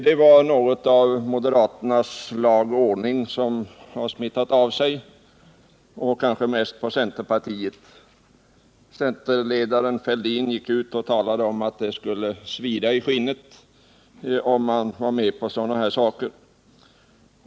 Det var något av moderaternas ”lag och ordning” som hade smittat av sig, kanske mest på centerpartiet. Centerledaren Fälldin gick ut och talade om att ”det skulle svida i skinnet” om man gick med i olovliga konflikter.